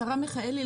השרה מיכאלי,